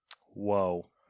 Whoa